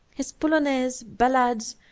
his polonaises, ballades,